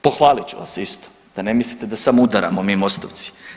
Pohvalit ću vas isto da ne mislite da samo udaramo mi MOST-ovci.